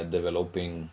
Developing